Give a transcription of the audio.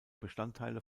bestandteile